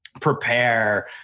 prepare